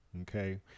Okay